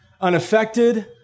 unaffected